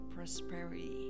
Prosperity